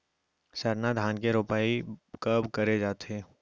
सरना धान के रोपाई कब करे जाथे?